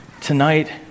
tonight